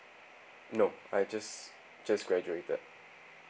no I just just graduated